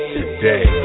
Today